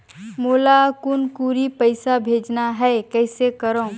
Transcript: मोला कुनकुरी पइसा भेजना हैं, कइसे करो?